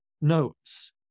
notes